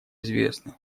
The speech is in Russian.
известны